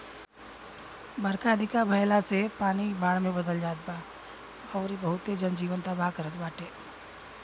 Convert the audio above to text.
बरखा अधिका भयला से इ पानी बाढ़ में बदल जात बा अउरी बहुते जन जीवन तबाह करत बाटे